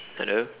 hello